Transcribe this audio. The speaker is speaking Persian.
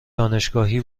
دانشگاهی